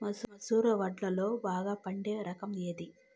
మసూర వడ్లులో బాగా పండే రకం ఏది?